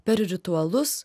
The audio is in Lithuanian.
per ritualus